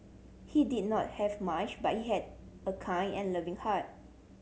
he did not have much but he had a kind and loving heart